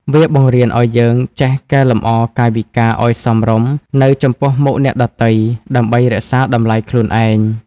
វាបង្រៀនឱ្យយើងចេះកែលម្អកាយវិការឱ្យសមរម្យនៅចំពោះមុខអ្នកដទៃ ដើម្បីរក្សាតម្លៃខ្លួនឯង។